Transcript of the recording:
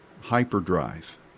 hyperdrive